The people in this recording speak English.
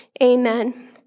amen